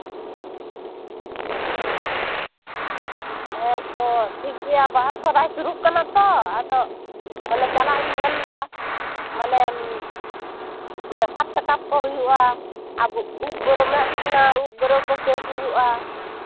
ᱦᱮᱸᱛᱚ ᱴᱷᱤᱠᱜᱮᱭᱟ ᱵᱟᱦᱟ ᱥᱚᱦᱨᱟᱭ ᱥᱩᱨᱩᱜ ᱠᱟᱱᱟ ᱛᱚ ᱟᱫᱚ ᱢᱟᱱᱮ ᱪᱟᱞᱟᱜ ᱤᱧ ᱢᱮᱱᱫᱟ ᱢᱟᱱᱮ ᱢᱮᱠᱟᱯ ᱴᱮᱠᱟᱯ ᱠᱚ ᱦᱩᱭᱩᱜᱼᱟ ᱟᱫᱚ ᱩᱯ ᱵᱨᱳ ᱢᱮᱫ ᱠᱩᱴᱤ ᱨᱮᱱᱟᱜ ᱩᱯ ᱵᱨᱳ ᱠᱚ ᱥᱮᱹᱵᱷ ᱦᱩᱭᱩᱜᱼᱟ